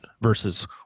versus